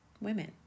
women